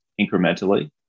incrementally